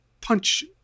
punch